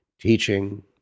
teaching